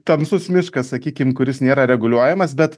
tamsus miškas sakykim kuris nėra reguliuojamas bet